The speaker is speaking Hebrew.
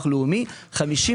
המשתלמים בעד שנת המס 2024 ואילך.